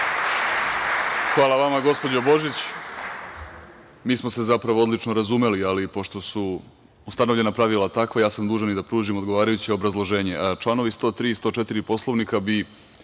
Hvala vama, gospođo Božić. Mi smo se, zapravo, odlično razumeli, ali, pošto su ustanovljena pravila takva, ja sam dužan i da pružim odgovarajuće obrazloženje. Članovi 103. i 104. Poslovnika bi